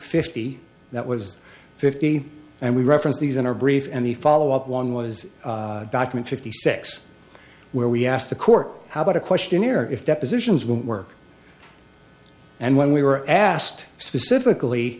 fifty that was fifty and we referenced these in our brief and the follow up one was a document fifty six where we asked the court how about a questionnaire if depositions will work and when we were asked specifically